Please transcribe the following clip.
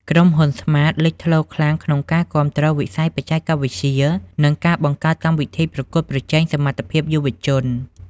ក្រុមហ៊ុន ស្មាត (Smart) លេចធ្លោខ្លាំងក្នុងការគាំទ្រវិស័យបច្ចេកវិទ្យា និងការបង្កើតកម្មវិធីប្រកួតប្រជែងសមត្ថភាពយុវជន។